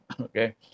Okay